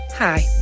Hi